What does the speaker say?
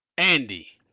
andy.